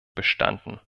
bestanden